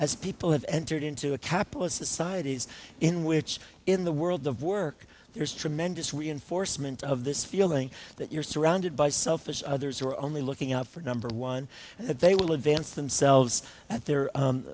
as people have entered into a capitalist societies in which in the world of work there's tremendous reinforcement of this feeling that you're surrounded by selfish others who are only looking out for number one that they will advance themselves that the